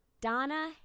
Donna